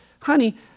honey